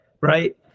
right